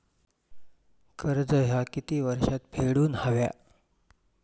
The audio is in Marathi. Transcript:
कर्ज ह्या किती वर्षात फेडून हव्या?